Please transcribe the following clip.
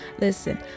listen